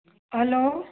hello